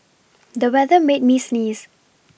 the weather made me sneeze